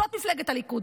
זו מפלגת הליכוד.